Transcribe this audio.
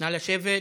נא לשבת.